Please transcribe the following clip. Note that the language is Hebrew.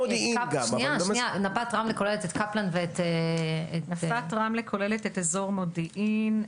נפת רמלה כוללת את אזור מודיעין,